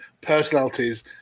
personalities